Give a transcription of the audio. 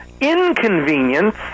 inconvenience